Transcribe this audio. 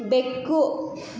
ಬೆಕ್ಕು